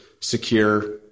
secure